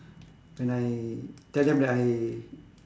when I tell them that I